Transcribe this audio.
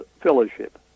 Fellowship